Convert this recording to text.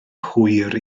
hwyr